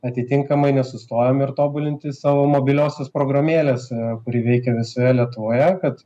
atitinkamai nesustojam ir tobulinti savo mobiliosios programėlės kuri veikia visoje lietuvoje kad